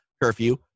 curfew